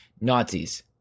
Nazis